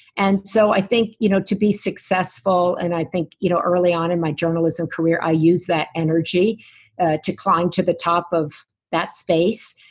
and so i think you know to be successful, and i think you know early on in my journalism career i used that energy to climb to the top of that space.